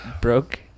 broke